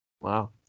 Wow